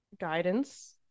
guidance